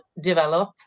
develop